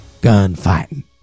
gunfighting